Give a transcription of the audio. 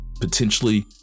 potentially